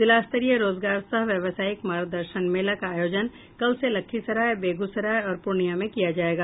जिलास्तरीय रोजगार सह व्यावसायिक मार्गदर्शन मेला का आयोजन कल से लखीसराय बेगूसराय और पूर्णिया में किया जायेगा